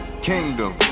Kingdom